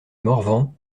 morvan